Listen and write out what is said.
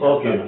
Okay